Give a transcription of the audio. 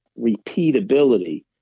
repeatability